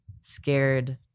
scared